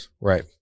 Right